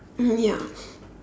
mm ya